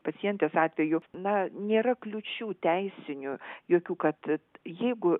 pacientės atveju na nėra kliūčių teisinių jokių kad jeigu